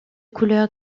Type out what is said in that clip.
couleur